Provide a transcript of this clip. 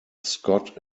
scott